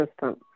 system